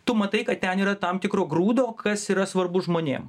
tu matai kad ten yra tam tikro grūdo kas yra svarbu žmonėm